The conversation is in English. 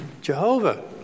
Jehovah